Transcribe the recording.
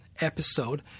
episode